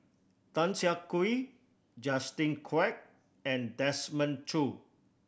Tan Siah Kwee Justin Quek and Desmond Choo